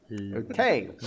Okay